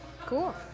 Cool